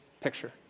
picture